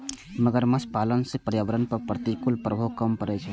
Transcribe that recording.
मगरमच्छ पालन सं पर्यावरण पर प्रतिकूल प्रभाव कम पड़ै छै